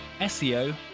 SEO